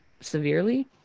severely